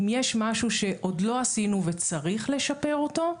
אם יש משהו שעוד לא עשינו וצריך לשפר אותו,